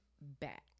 back